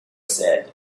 said